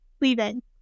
leaving